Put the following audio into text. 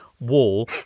wall